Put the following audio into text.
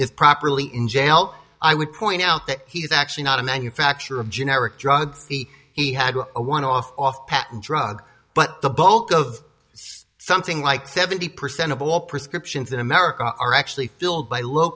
is properly in jail i would point out that he's actually not a manufacturer of generic drugs he had a one off off patent drug but the bulk of something like seventy percent of all prescriptions in america are actually filled by low